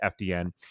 FDN